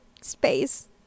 space